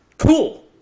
Cool